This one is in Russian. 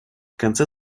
конце